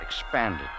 expanded